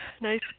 Nice